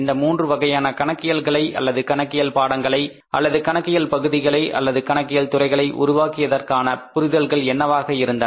இந்த மூன்று வகையான கணக்கியல்களை அல்லது கணக்கியல் பாடங்களை அல்லது கணக்கியல் பகுதிகளை அல்லது கணக்கியல் துறைகளை உருவாக்கியதற்கான புரிதல்கள் என்னவாக இருந்தன